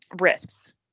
risks